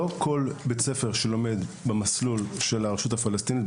לא כל בית ספר שלומד על פי תוכנית החינוך של הרשות הפלסטינית,